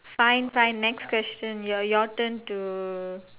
fine fine next question your your turn to